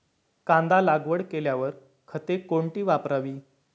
कांदा लागवड केल्यावर खते कोणती वापरावी?